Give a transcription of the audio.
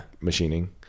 machining